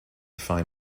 find